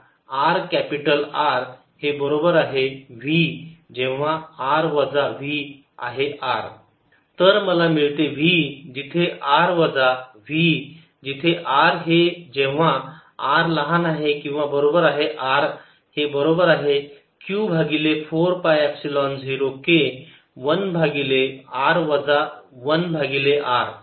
V ErR ∂V∂r Q4π0 r2 V0 V Q4π0 r r≤R ∂V∂rE Q4π0k r2 rRdV Q4π0krRdrr2 VR Vr Q4π0k 1rrR Q4π0k1R 1r VrVR Q4π0kRQ4π0kr Q4π0R Q4π0kRQ4π0kr Q4π0 1kr1R 1kR Q4π01krk 1kR तर मला मिळते v जिथे R वजा v जिथे r हे जेव्हा r लहान आहे किंवा बरोबर आहे r हे बरोबर आहे q भागिले 4 पाय एपसिलोन 0 k 1 भागिले r वजा 1 भागिले r